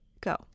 go